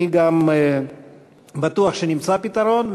אני גם בטוח שנמצא פתרון.